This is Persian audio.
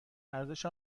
ارزش